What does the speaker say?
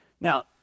Now